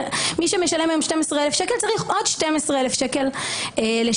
מי שמשלם היום 12,000 שקל צריך לשלם עוד 12,000 שקל למתווך.